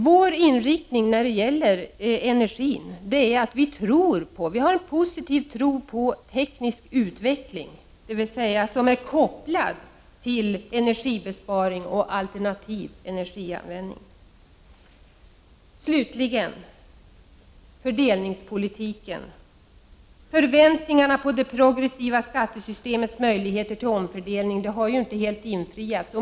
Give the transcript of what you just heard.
Vår inriktning när det gäller energin innebär en positiv tro på teknisk utveckling, kopplad till energibesparing och alternativ energianvändning. Slutligen till fördelningspolitiken. Förväntningarna på det progressiva skattesystemets möjligheter till omfördelning har ju inte helt infriats.